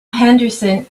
henderson